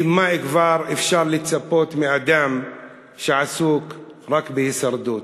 כי מה כבר אפשר לצפות מאדם שעסוק רק בהישרדות?